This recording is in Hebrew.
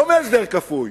לא מהסדר כפוי,